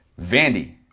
Vandy